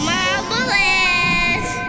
Marvelous